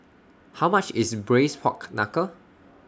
How much IS Braised Pork Knuckle